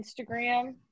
Instagram